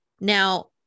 Now